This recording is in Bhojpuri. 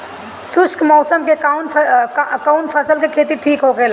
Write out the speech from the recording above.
शुष्क मौसम में कउन फसल के खेती ठीक होखेला?